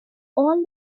all